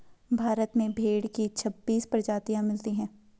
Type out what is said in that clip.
भारत में भेड़ की छब्बीस प्रजाति मिलती है